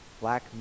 black